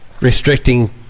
restricting